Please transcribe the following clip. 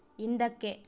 ಹಿಂದಕ್ಕೆ